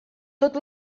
tot